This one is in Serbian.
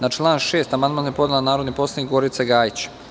Na član 6. amandman je podnela narodni poslanik Gorica Gajić.